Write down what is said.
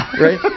right